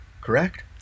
correct